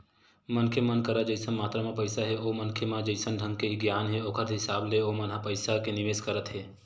मनखे मन कर जइसन मातरा म पइसा हे ओ मनखे म जइसन ढंग के गियान हे ओखर हिसाब ले ओमन ह अपन पइसा के निवेस करत हे